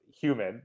human